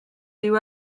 dyw